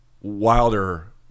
Wilder